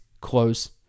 close